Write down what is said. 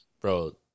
bro